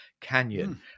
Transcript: Canyon